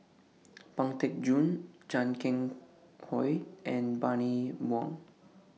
Pang Teck Joon Chan Keng Howe and Bani Buang